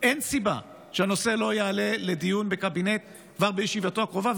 אין סיבה שהנושא לא יעלה לדיון בקבינט כבר בישיבתו הקרובה,